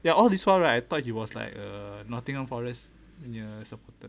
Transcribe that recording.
ya all this while right I thought he was like a nottingham forest punya supporter